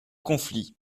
conflit